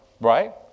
Right